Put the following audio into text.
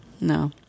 no